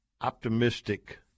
optimistic